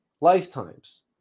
lifetimes